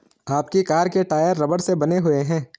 आपकी कार के टायर रबड़ से बने हुए हैं